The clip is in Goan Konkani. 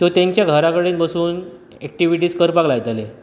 त्यो तेंचे घरा कडेन बसून एक्टिविटीज करपाक लायताले